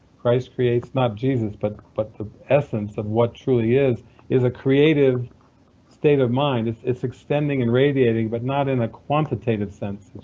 christ creates not jesus, but but the essence of what truly is is a creative state of mind. it's it's extending and radiating but not in a quantitative sense.